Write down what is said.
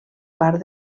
part